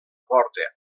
porta